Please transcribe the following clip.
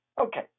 Okay